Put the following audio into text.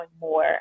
more